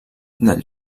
del